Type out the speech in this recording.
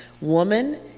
Woman